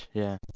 yeah